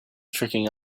tricking